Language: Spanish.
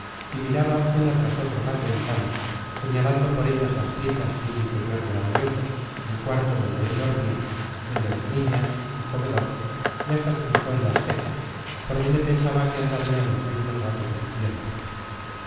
y miraba una tras otra las ventanas señalando por ellas las piezas y el interior grandioso el cuarto donde él dormía el de las niñas el comedor y hasta se fijó en las tejas por donde pensaba que andarían los mismos gatos de su tiempo